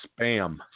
spam